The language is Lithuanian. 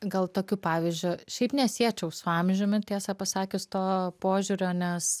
gal tokiu pavyzdžiu šiaip nesiečiau su amžiumi tiesą pasakius to požiūrio nes